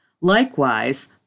Likewise